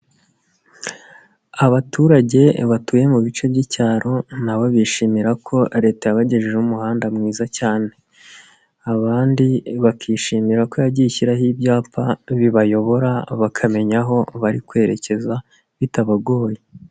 Abaturage batuye mu bice by'icyaro nabo bishimira ko leta yabagejejeho umuhanda mwiza cyane. Abandi bakishimira ko yagiye ishyiraho ibyapa, bibayobora bakamenya aho bari kwerekeza, bitabagoye.